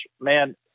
man